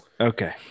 Okay